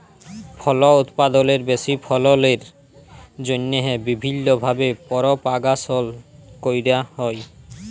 ফল উৎপাদলের বেশি ফললের জ্যনহে বিভিল্ল্য ভাবে পরপাগাশল ক্যরা হ্যয়